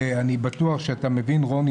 אני בטוח שאתה מבין רוני,